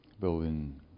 building